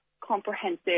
comprehensive